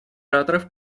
ораторов